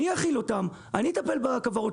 אני אאכיל אותם, אני אטפל בכוורות.